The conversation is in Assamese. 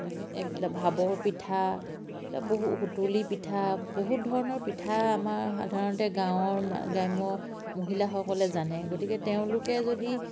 এইবিলাক ভাপৰ পিঠা এইবিলাক বহু সুতুলি পিঠা বহুত ধৰণৰ পিঠা আমাৰ সাধাৰণতে গাঁৱৰ গ্ৰাম্য মহিলাসকলে জানে গতিকে তেওঁলোকে যদি